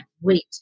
wait